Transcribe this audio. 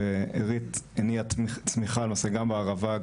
זה הניע צמיחה גם בערבה,